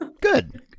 Good